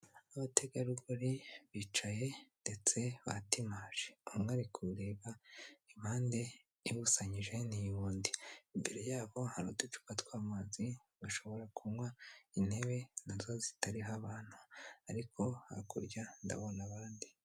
Abategarugori bicaye ndetse batimaje, umwe ari kureba impande ibusanyije ni y'undi, imbere yabo hari uducupa tw'amazi bashobora kunywa, intebe nazo zitariho abantu ariko hakurya ndabona abandi.